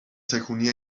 تکونی